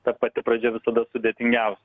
ta pati pradžia visada sudėtingiausia